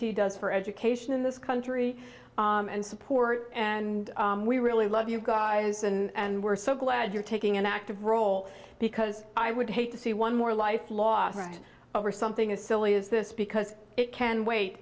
eighty does for education in this country and support and we really love you guys and we're so glad you're taking an active role because i would hate to see one more life lost over something as silly as this because it can wait